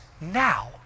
now